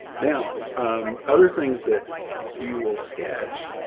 now, um, other things that you will sketch,